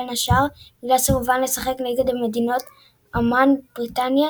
בין השאר בגלל סירובן לשחק נגד מדינות עמן בריטניה